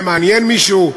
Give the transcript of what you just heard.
זה מעניין מישהו?